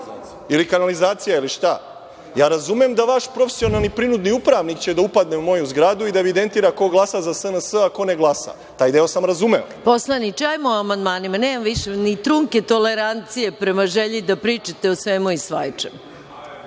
ili kanalizacija, ili šta? Razumem da vaš profesionalni prinudni upravnik će da upadne u moju zgradu i da evidentira ko glasa za SNS, a ko ne glasa, taj deo sam razumeo. **Maja Gojković** Poslaniče, hajdemo o amandmanima. Nemam više ni trunke tolerancije prema želji da pričate o svemu i svačemu.